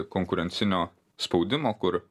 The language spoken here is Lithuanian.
konkurencinio spaudimo kur